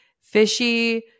fishy